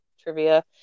trivia